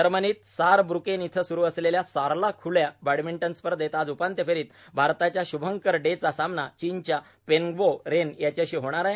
जर्मनीत सारब्र्केन इथं सुरु असलेल्या सारलॉ खुल्या बॅडमिंटन स्पर्धेत आज उपांत्य फेरीत भारताच्या शूभंकर डे चा सामना चीनच्या पेन्गबो रेन यांच्याशी होणार आहे